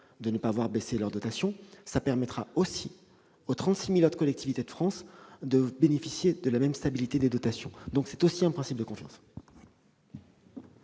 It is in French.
de ne pas voir leurs dotations baisser, mais aussi aux 36 000 autres collectivités de France de bénéficier de la même stabilité de dotations. Il s'agit donc aussi d'un principe de confiance.